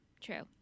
true